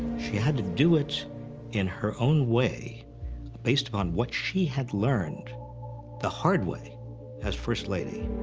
she had to do it in her own way based on what she had learned the hard way as first lady.